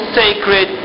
sacred